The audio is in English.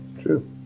True